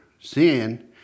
sin